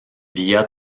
via